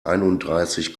einunddreißig